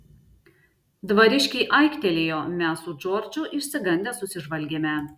dvariškiai aiktelėjo mes su džordžu išsigandę susižvalgėme